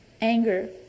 anger